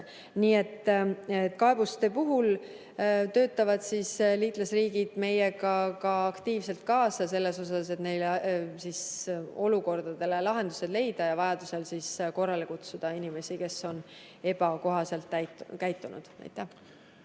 Nii et kaebuste puhul töötavad liitlasriigid meiega aktiivselt kaasa selleks, et neile olukordadele lahendusi leida ja vajadusel korrale kutsuda inimesi, kes on ebakohaselt käitunud.